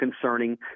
concerning